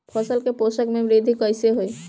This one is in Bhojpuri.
फसल के पोषक में वृद्धि कइसे होई?